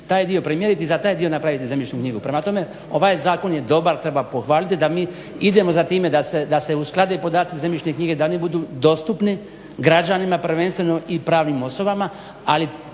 taj dio premjeriti i za taj dio napraviti zemljišnu knjigu. Prema tome ovaj zakon je dobar, treba pohvaliti da mi idemo za time da se usklade zemljišne knjige, da oni budu dostupni građanima prvenstveno i pravnim osobama ali